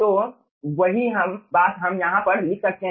तो वही बात हम यहाँ पर लिख सकते हैं